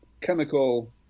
chemical